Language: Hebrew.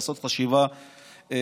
לעשות חשיבה עמוקה,